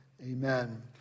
Amen